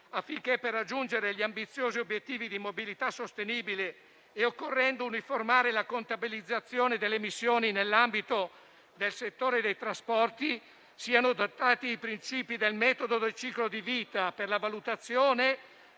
affinché, per raggiungere gli ambiziosi obiettivi di mobilità sostenibile e occorrendo uniformare la contabilizzazione delle emissioni nell'ambito del settore dei trasporti, siano adottati i principi del metodo del ciclo di vita per la valutazione